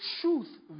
truth